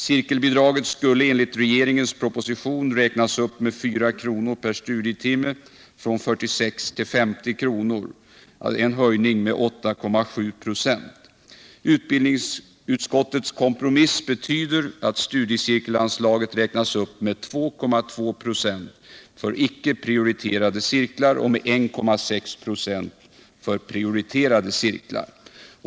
Cirkelbidraget skulle enligt regeringens proposition räknas upp med 4 kr. per studietimme — från 46 till 50 kr. Det är en höjning med 8,7 26. Utbildningsutskottets kompromiss betyder att studiecirkelanslaget räknas upp med 2,2 96 för icke prioriterade studiecirklar och med 1,6 96 för prioriterade cirklar.